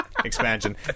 Expansion